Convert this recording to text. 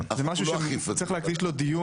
זה משהו שצריך להקדיש לו דיון.